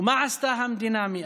ומה עשתה המדינה מאז?